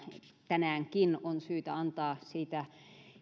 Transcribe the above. tänäänkin on syytä antaa siitä